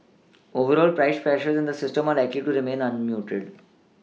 overall price pressures in the system are likely to remain muted